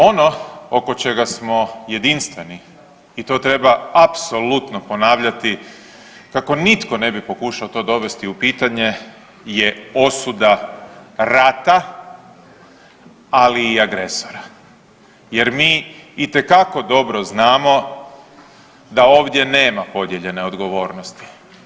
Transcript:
Ono oko čega smo jedinstveni, i to treba apsolutno ponavljati kako nitko ne bi pokušao to dovesti u pitanje, je osuda rata, ali i agresora jer mi itekako dobro znamo da ovdje nema podijeljene odgovornosti.